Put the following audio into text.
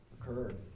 occurred